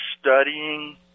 studying